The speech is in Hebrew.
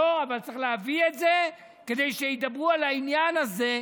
אבל צריך להביא את זה כדי שידברו על העניין הזה.